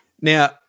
Now